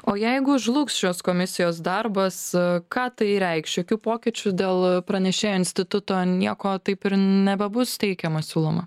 o jeigu žlugs šios komisijos darbas ką tai reikš jokių pokyčių dėl pranešėjo instituto nieko taip ir nebebus teikiama siūloma